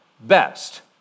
best